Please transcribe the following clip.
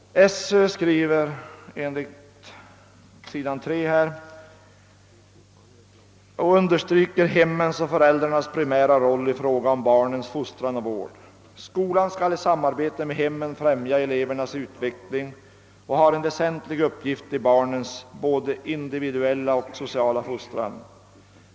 SÖ understryker, enligt utskottets referat, hemmens och föräldrarnas primära roll i fråga om barnens fostran och vård. I referatet heter det: »Skolan skall i samarbete med hemmen främja elevernas utveckling och har en väsentlig uppgift i barnens både individuella och sociala fostran.